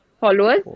followers